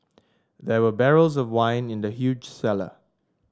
there were barrels of wine in the huge cellar